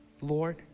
Lord